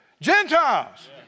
Gentiles